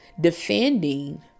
defending